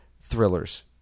thrillers